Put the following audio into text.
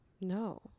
No